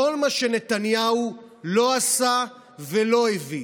כל מה שנתניהו לא עשה ולא הביא.